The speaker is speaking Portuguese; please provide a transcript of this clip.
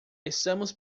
estamos